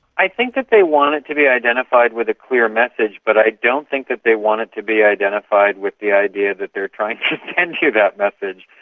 i think that they want it to be identified with a clear message, but i don't think that they want it to be identified with the idea that they are trying to send and you that message.